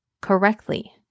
correctly